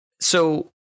So-